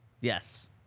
yes